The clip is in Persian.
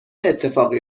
اتفاقی